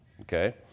Okay